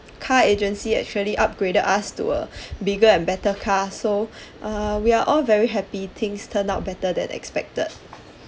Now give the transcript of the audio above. car agency actually upgraded us to a bigger and better car so uh we are all very happy things turn out better than expected